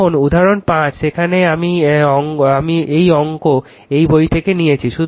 এখন উদাহরণ 5 সেখানে এই অঙ্ক আমি একটি বই থেকে নিয়েছি